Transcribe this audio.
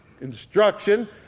instruction